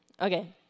Okay